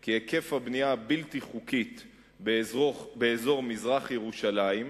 כי היקף הבנייה הבלתי-חוקית באזור מזרח-ירושלים,